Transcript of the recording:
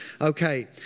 Okay